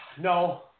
No